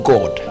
God